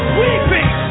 weeping